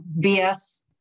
bs